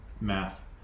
math